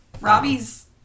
Robbie's